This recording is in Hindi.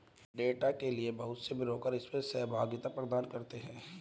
डेटा के लिये बहुत से ब्रोकर इसमें सहभागिता प्रदान करते हैं